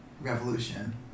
revolution